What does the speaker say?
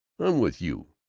i'm with you!